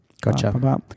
Gotcha